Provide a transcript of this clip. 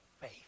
faith